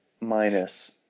minus